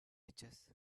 riches